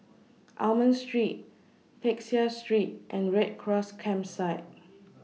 Almond Street Peck Seah Street and Red Cross Campsite